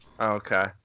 Okay